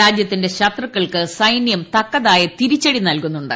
രാജ്യത്തിന്റെ ശത്രുക്കൾക്ക് സൈന്യം തക്കതായ തിരിച്ചടി നല്കുന്നുണ്ട്